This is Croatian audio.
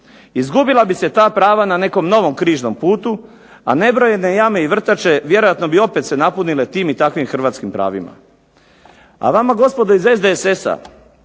Izgubila se ta prava na nekom novom Križnom putu, a nebrojene jame i vrtače vjerojatno bi se opet napunile tim i takvim hrvatskim pravima. A vama gospodo iz SDSS-a